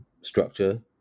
structure